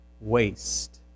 waste